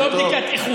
אה, זו לא בדיקת איכות.